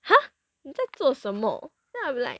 !huh! 你在做什么 then I'll be like